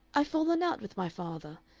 i've fallen out with my father.